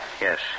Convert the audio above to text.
Yes